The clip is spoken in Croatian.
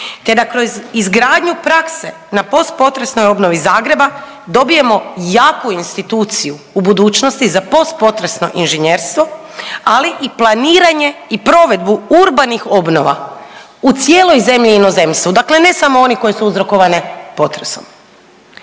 te da kroz izgradnju prakse na post potresnoj obnovi Zagreba dobijemo jaku instituciju u budućnosti za post potresno inženjerstvo, ali i planiranje i provedbu urbanih obnova u cijeloj zemlji i inozemstvu. Dakle, ne samo one koje su uzrokovane potresom.